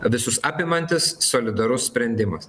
visus apimantis solidarus sprendimas